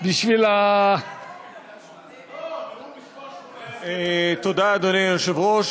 אדוני היושב-ראש,